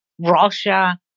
Russia